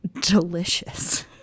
delicious